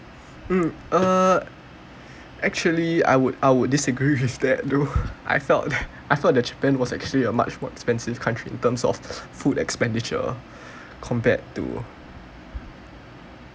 uh actually I would I would disagree with that though I felt that I felt that japan was actually a much more expensive country in terms of food expenditure compared to